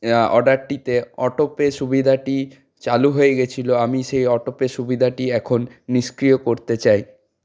অর্ডারটিতে autopay সুবিধাটি চালু হয়ে গেছিল আমি সেই অটোপে সুবিধাটি এখন নিষ্ক্রিয় করতে চাই